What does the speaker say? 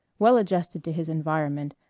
well adjusted to his environment,